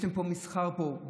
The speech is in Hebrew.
יש להם מסחר פה.